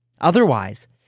otherwise